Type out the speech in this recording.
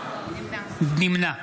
נמנע